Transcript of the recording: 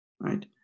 right